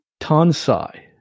Tansai